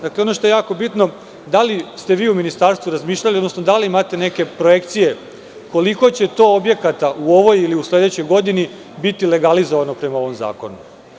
Dakle, da li ste vi u ministarstvu razmišljali, odnosno da li imate neke projekcije koliko će to objekata u ovoj ili u sledećoj godini biti legalizovani prema ovom zakonu?